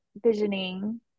visioning